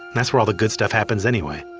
and that's where all the good stuff happens anyway.